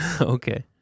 Okay